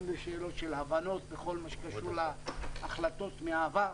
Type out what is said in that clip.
גם בשאלות של הבנות בכל מה שקשור להחלטות מהעבר.